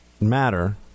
matter